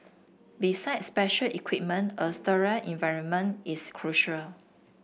besides special equipment a sterile environment is crucial